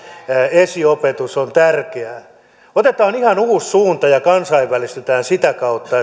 esiopetus on tärkeää otetaan ihan uusi suunta ja kansainvälistytään sitä kautta